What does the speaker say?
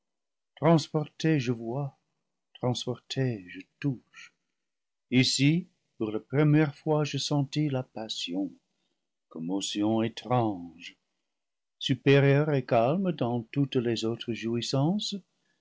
transporté je vois transporté je touche ici pour la première fois je sentis la passion commoa tion étrange supérieur et calme dans toutes les autres